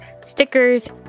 stickers